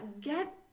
get